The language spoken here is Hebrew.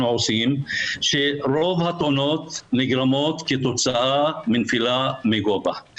עושים שרוב התאונות נגרמות כתוצאה מנפילה מגובה.